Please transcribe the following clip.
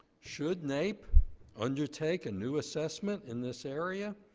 should naep undertake a new assessment in this area,